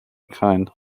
kind